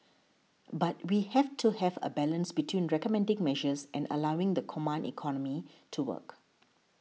but we have to have a balance between recommending measures and allowing the command economy to work